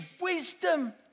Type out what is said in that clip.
wisdom